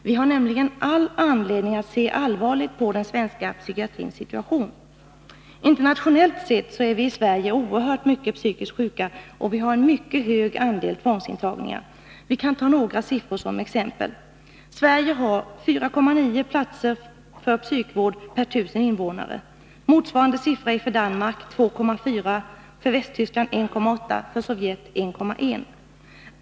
Vi har all anledning att se allvarligt på den svenska psykiatrins situation. Internationellt sett är vi i Sverige oerhört mycket psykiskt sjuka, och vi har en mycket hög andel tvångsintagningar. Vi kan ta några siffror som exempel. Sverige har 4,9 platser för psykvård per 1 000 invånare. Motsvarande siffra är för Danmark 2,4, för Västtyskland 1,8 och för Sovjet 1,1.